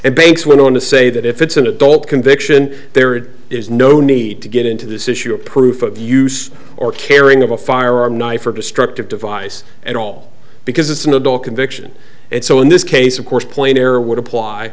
and banks went on to say that if it's an adult conviction there is no need to get into this issue of proof of use or caring of a firearm knife or destructive device and all because it's an adult conviction and so in this case of course plain error would apply